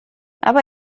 aber